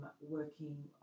working